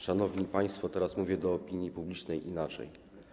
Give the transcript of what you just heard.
Szanowni państwo, teraz mówię do opinii publicznej i naszej.